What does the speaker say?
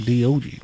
DOG